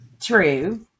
True